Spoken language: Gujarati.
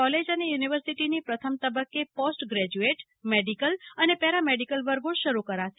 કોલેજ અને યુનિવર્સીટીની પ્રથમ તબકકે પોસ્ટ ગ્રેજયુએટ મેડીકલ અને પેરામેડિકલ વર્ગો શરૂ થશે